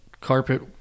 carpet